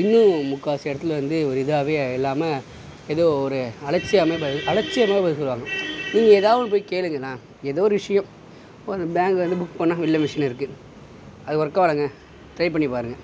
இன்னும் முக்கால்வாசி இடத்துல வந்து ஒரு இதாகவே இல்லாமல் ஏதோ ஒரு அலட்சியமா அலட்சியமாக பதில் சொல்வாங்க நீங்கள் எதோ ஒன்று போய் கேளுங்களேன் ஏதோ ஒரு விஷயம் இப்போ அந்த பேங்க் வந்து புக் பண்ண வெளில மிஷின் இருக்கு அது ஒர்க் ஆகலங்க ட்ரை பண்ணி பாருங்கள்